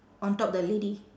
on top the lady